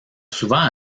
souvent